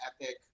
epic